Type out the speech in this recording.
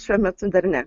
šiuo metu dar ne